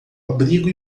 abrigo